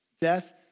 Death